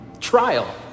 trial